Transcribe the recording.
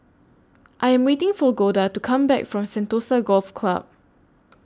I Am waiting For Golda to Come Back from Sentosa Golf Club